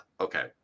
okay